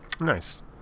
Nice